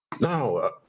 Now